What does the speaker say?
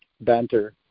banter